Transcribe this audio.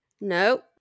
No